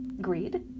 greed